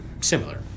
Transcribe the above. similar